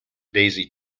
daisy